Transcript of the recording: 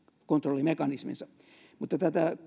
kontrollimekanisminsa mutta tätä